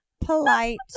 polite